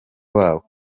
wabo